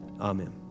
Amen